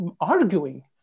arguing